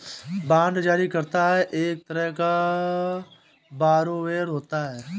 bond जारी करता एक तरह का बारोवेर होता है